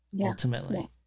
ultimately